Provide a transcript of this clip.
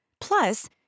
Plus